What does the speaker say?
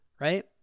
right